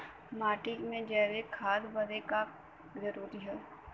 माटी में जैविक खाद बदे का का जरूरी ह?